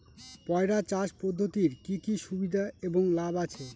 পয়রা চাষ পদ্ধতির কি কি সুবিধা এবং লাভ আছে?